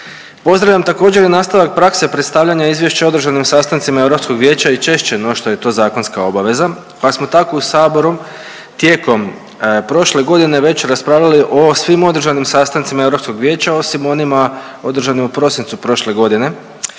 Pozdravljam također i nastavak prakse predstavljanja Izvješća o održanim sastancima Europskog vijeća i češće no što je to zakonska obaveza, pa smo tako u saboru tijekom prošle godine već raspravljali o svim održanim sastancima Europskog vijeća osim onima održanim u prosincu prošle godine,